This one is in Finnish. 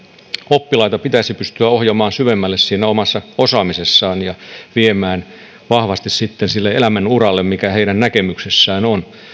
oppilaita pitäisi pystyä ohjaamaan syvemmälle omassa osaamisessaan ja viemään vahvasti sille elämänuralle mikä heidän näkemyksessään on